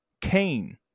Cain